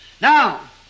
Now